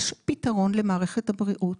יש פתרון למערכת הבריאות,